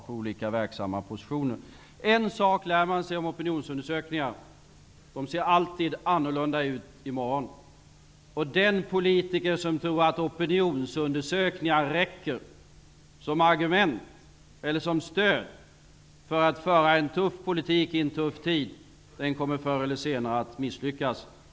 En sak lär man sig när det gäller opinionsundersökningar: De ser alltid annorlunda ut i morgon. Den politiker som tror att opinionsundersökningar räcker som argument eller stöd för att föra en tuff politik i en tuff tid kommer förr eller senare att misslyckas.